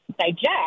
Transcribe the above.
Digest